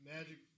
Magic –